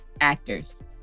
actors